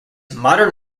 modern